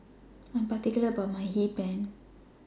I Am particular about My Hee Pan